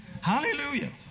Hallelujah